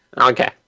Okay